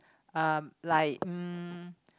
um like um